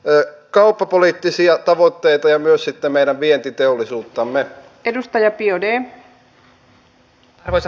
l kauppapoliittisia tavoitteita ja myös että te perustelette tämän stmn alalla